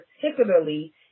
particularly